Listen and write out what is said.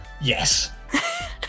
Yes